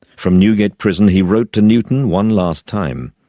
from newgate prison he wrote to newton one last time.